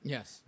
Yes